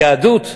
היהדות,